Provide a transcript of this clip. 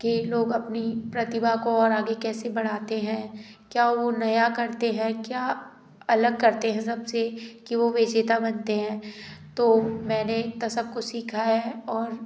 कि लोग अपनी प्रतिभा को और आगे कैसे बढ़ाते हैं क्या वो नया करते हैं क्या अलग करते हैं सबसे कि वो विजेता बनते हैं तो मैंने तो सब कुछ सीखा है और